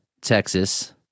Texas